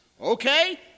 Okay